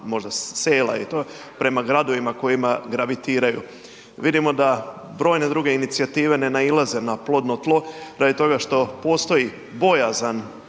možda sela i to, prema gradovima kojima gravitiraju. Vidimo da brojne druge inicijative ne nailaze na plodno tlo radi toga što postoji bojazan